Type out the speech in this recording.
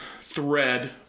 thread